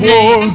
War